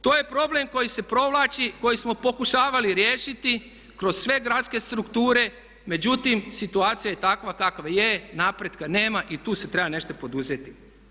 To je problem koji se provlači, koji smo pokušavali riješiti kroz sve gradske strukture, međutim situacija je takva kakva je, napretka nema i tu se treba nešto poduzeti.